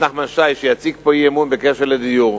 נחמן שי שיציג פה אי-אמון בקשר לדיור,